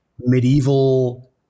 medieval